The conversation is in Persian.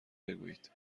بگویید